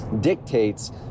dictates